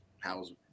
how's